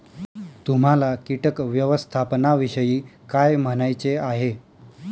तुम्हाला किटक व्यवस्थापनाविषयी काय म्हणायचे आहे?